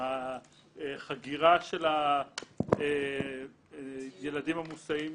החגירה של הילדים המוסעים